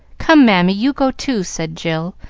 come, mammy, you go too, said jill,